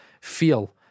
feel